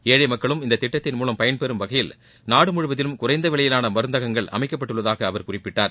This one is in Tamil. ஏழை மக்களும் இத்திட்டத்தின் மூலம் பயன்பெறும் வகையில் நாடு முழுவதிலும் குறைந்த விலையிலான மருந்தகங்கள் அமைக்கப்பட்டுள்ளதாக அவர் குறிப்பிட்டார்